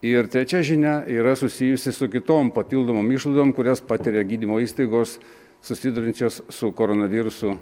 ir trečia žinia yra susijusi su kitom papildomom išlaidom kurias patiria gydymo įstaigos susiduriančios su koronavirusu